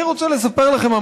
אני רוצה לספר לכם,